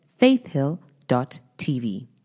faithhill.tv